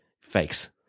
fakes